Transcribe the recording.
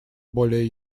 более